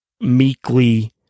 meekly